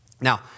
Now